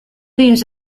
beams